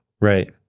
Right